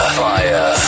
fire